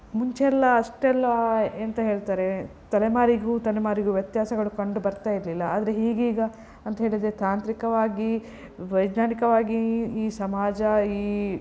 ಮುಂಚೆ ಎಲ್ಲ ಅಷ್ಟೆಲ್ಲ ಎಂಥ ಹೇಳ್ತಾರೆ ತಲೆಮಾರಿಗೂ ತಲೆಮಾರಿಗೂ ವ್ಯತ್ಯಾಸಗಳು ಕಂಡುಬರ್ತಾ ಇರಲಿಲ್ಲ ಆದರೆ ಈಗೀಗ ಅಂತ ಹೇಳಿದರೆ ತಾಂತ್ರಿಕವಾಗಿ ವೈಜ್ಞಾನಿಕವಾಗಿ ಈ ಸಮಾಜ ಈ